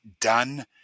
done